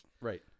right